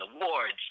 awards